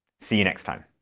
see you next time.